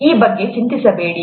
ಈ ಬಗ್ಗೆ ಚಿಂತಿಸಬೇಡಿ